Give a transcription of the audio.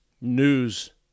news